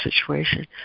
situation